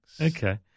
Okay